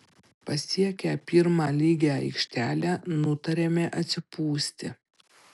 pasiekę pirmą lygią aikštelę nutarėme atsipūsti